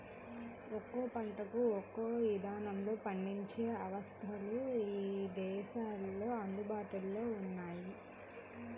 ఒక్కో పంటకు ఒక్కో ఇదానంలో పండించే అవస్థలు ఇదేశాల్లో అందుబాటులో ఉన్నయ్యి